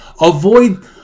avoid